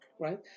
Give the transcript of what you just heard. Right